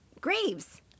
graves